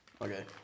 Okay